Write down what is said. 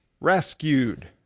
rescued